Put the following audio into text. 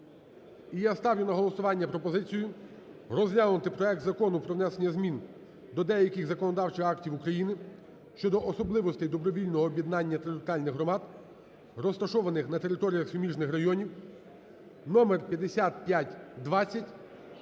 я ставлю на голосування пропозицію розглянути проект Закону про внесення змін до деяких законодавчих актів України щодо особливостей добровільного об'єднання територіальних громад розташованих на територіях суміжних районів (номер 5520)